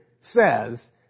says